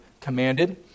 commanded